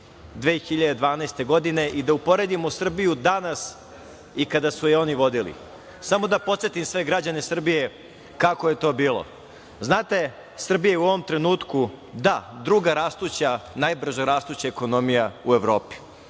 2012. godine i da uporedimo Srbiju danas i kada su je oni vodili. Samo da podsetim sve građane Srbije kako je to bilo. Znate, Srbija je u ovom trenutku, da, druga rastuća, najbrža rastuća ekonomija u Evropi.